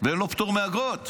ואין לו פטור מאגרות.